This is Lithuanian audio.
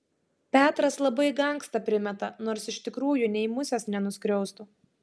petras labai gangsta primeta nors iš tikrųjų nei musės nenuskriaustų